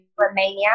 Romania